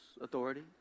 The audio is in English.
authority